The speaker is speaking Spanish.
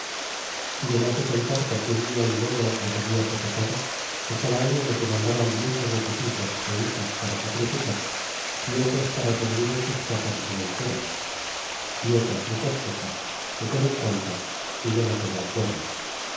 y demas de contar por qué via é modo los habla sujetado que cada año les demandaban muchos de sus hijos y hijas para sacrificar y otros para servir en sus casas y sementeras y otras muchas quejas que fuéron tantas que ya no se me acuerda